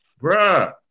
bruh